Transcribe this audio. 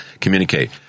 communicate